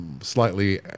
slightly